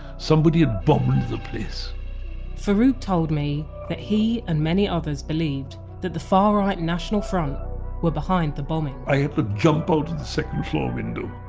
somebody had bombed the place farrukh told me that he and many others believed that the far right national front were behind the bombing i had to jump out the second floor window,